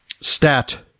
Stat